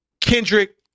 Kendrick